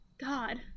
God